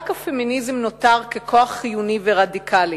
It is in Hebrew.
רק הפמיניזם נותר ככוח חיוני ורדיקלי.